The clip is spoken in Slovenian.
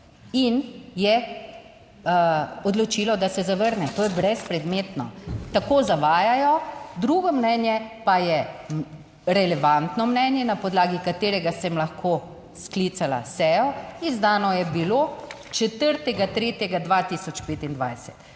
in je odločilo, da se zavrne. To je brezpredmetno. Tako zavajajo. Drugo mnenje pa je relevantno mnenje, na podlagi katerega sem lahko sklicala sejo, izdano je bilo 4. 3. 2025.